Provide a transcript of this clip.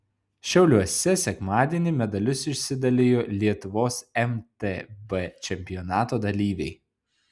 šiauliuose sekmadienį medalius išsidalijo lietuvos mtb čempionato dalyviai